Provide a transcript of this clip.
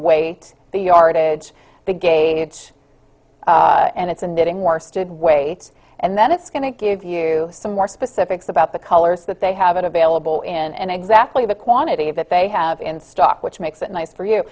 weight the yardage the gauge and it's a knitting worsted weight and then it's going to give you some more specifics about the colors that they have available in and exactly the quantity that they have in stock which makes it nice for you